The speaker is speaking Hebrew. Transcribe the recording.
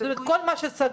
--- זאת אומרת כל מה שסגור.